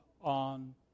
on